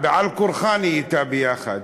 בעל כורחה נהייתה ביחד.